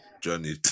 journey